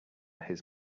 his